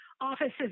offices